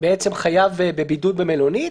בעצם חייב בבידוד במלונית,